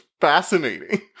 fascinating